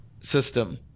system